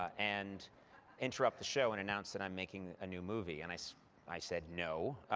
and interrupt the show, and announce that i'm making a new movie? and i so i said, no.